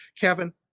kevin